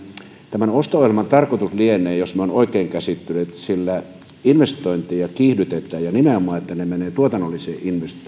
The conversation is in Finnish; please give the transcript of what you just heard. tämän osto ohjelman tarkoitus lienee jos minä olen oikein käsittänyt että sillä investointeja kiihdytetään ja nimenomaan niin että se raha menee tuotannollisiin